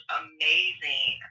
amazing